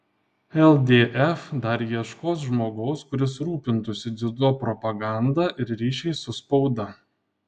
ldf dar ieškos žmogaus kuris rūpintųsi dziudo propaganda ir ryšiais su spauda